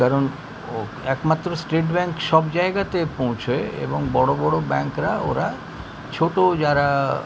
কারণ একমাত্র state bank সব জায়গাতে পৌঁছোয় এবং বড় বড় ব্যাঙ্করা ওরা ছোট যারা